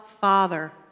Father